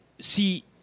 See